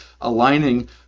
aligning